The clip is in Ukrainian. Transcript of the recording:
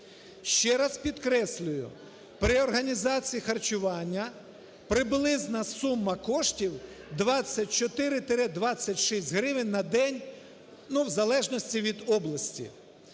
Ще раз підкреслюю6 при організації харчування приблизна сума коштів 24-26 гривень на день, в залежності від області.